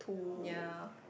ya